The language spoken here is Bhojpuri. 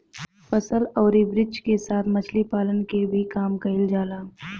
फसल अउरी वृक्ष के साथ मछरी पालन के भी काम कईल जाला